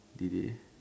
did it